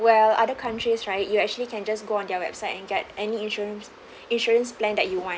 well other countries right you actually can just go on their website and get any insurance insurance plan that you want